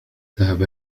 ذهبت